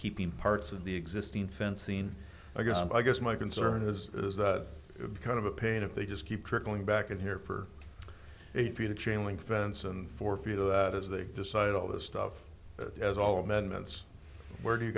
keeping parts of the existing fencing i guess and i guess my concern is is that kind of a pain if they just keep trickling back in here for a few the chain link fence and for as they decide all this stuff there's all amendments where do you